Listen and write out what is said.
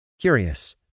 Curious